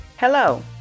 Hello